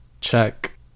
check